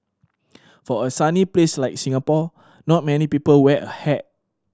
for a sunny place like Singapore not many people wear a hat